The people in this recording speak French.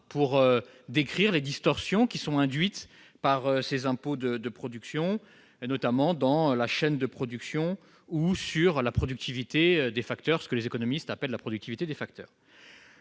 pour décrire les distorsions qui sont induites par ces impôts de production, notamment dans la chaîne de production ou sur ce que les économistes appellent la productivité des facteurs.